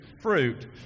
fruit